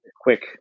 quick